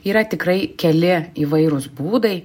yra tikrai keli įvairūs būdai